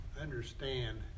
understand